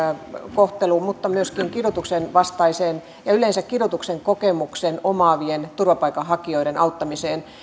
kohteluun mutta myöskin kidutuksenvastaiseen ja yleensä kidutuksen kokemuksen omaavien turvapaikanhakijoiden auttamiseen